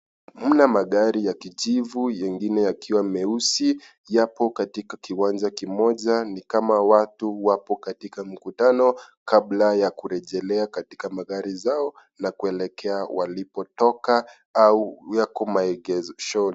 Mna magari ya kijivu yengine yakiwa meusi, yapo katika kiwanja kimoja, ni kama watu wapo katika mkutano kabla ya kurejerea katika magari zao na kuelekea walipotoka au yako maegeshoni.